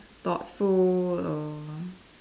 thoughtful or